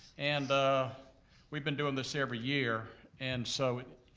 and we've been doing this every year, and so it,